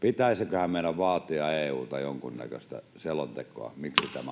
pitäisiköhän meidän vaatia EU:lta jonkunnäköistä selontekoa, miksi